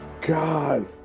god